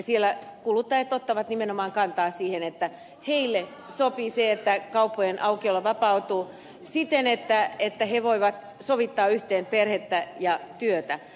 siellä kuluttajat ottavat nimenomaan kantaa siihen että heille sopii se että kauppojen aukiolo vapautuu siten että he voivat sovittaa yhteen perhettä ja työtä